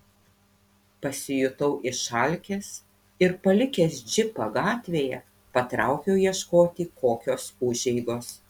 pasijutau išalkęs ir palikęs džipą gatvėje patraukiau ieškoti kokios užeigos